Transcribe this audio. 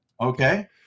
okay